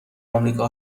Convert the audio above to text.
امریکا